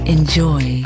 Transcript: Enjoy